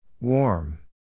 Warm